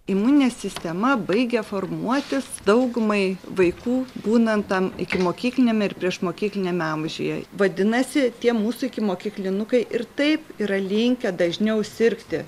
imuninė sistema baigia formuotis daugumai vaikų būnant tam ikimokykliniame ir priešmokykliniame amžiuje vadinasi tie mūsų ikimokyklinukai ir taip yra linkę dažniau sirgti